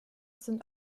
sind